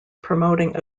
promoting